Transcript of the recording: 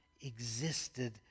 existed